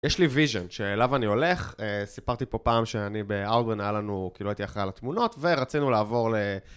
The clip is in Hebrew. יש לי ויז'ן שאליו אני הולך, סיפרתי פה פעם שאני באאוגרן, נהלנו, כאילו הייתי אחראי על התמונות, ורצינו לעבור ל...